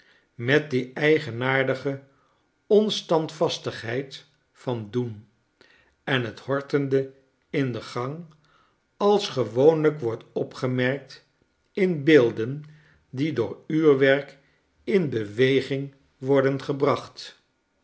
met die eigenaardige onstandvastigheid van doen en t hortende in den gang als gewoonlijk wordt opgemerkt in beelden die door uurwerk in beweging worden gebracht